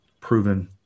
proven